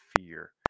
fear